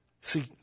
See